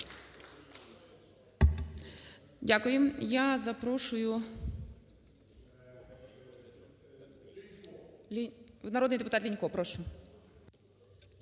Дякуємо. Я запрошую… Народний депутатЛінько. Прошу.